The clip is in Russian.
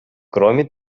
кроме